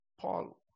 Paul